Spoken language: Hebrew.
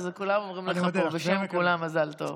כולם אומרים לך פה, בשם כולנו, מזל טוב.